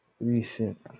recent